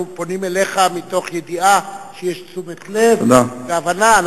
אנחנו פונים אליך מתוך ידיעה שיש תשומת לב והבנה.